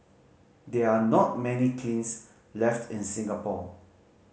there are not many kilns left in Singapore